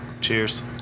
Cheers